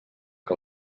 que